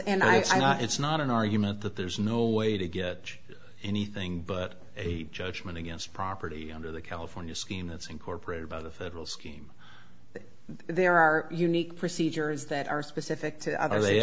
think it's not an argument that there's no way to get anything but a judgment against property under the california scheme that's incorporated by the federal scheme there are unique procedures that are specific to